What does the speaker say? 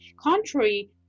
Contrary